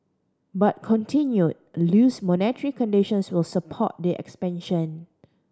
but continued loose monetary conditions will support the expansion